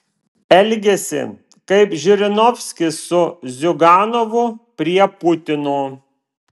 elgiasi kaip žirinovskis su ziuganovu prie putino